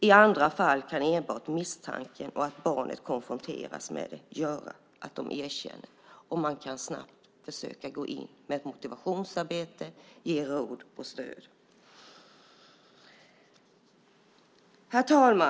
I andra fall kan enbart misstanken och att barnet konfronteras med den göra att de erkänner och man kan snabbt försöka gå in med motivationsarbete och ge råd och stöd. Herr talman!